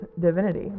divinity